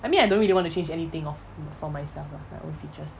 I mean I don't really want to change anything of for myself my own features